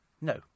No